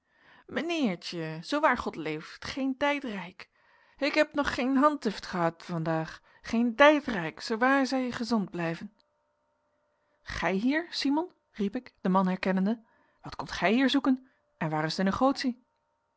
zoo waar god leeft gheen dijt rijk hik eb nog gheen andgift gead van dhaag geen dijt rijk zoowaar zei je ghezond blijven gij hier simon riep ik den man herkennende wat komt gij hier zoeken en waar is de negotie